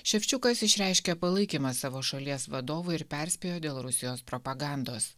ševčiukas išreiškė palaikymą savo šalies vadovui ir perspėjo dėl rusijos propagandos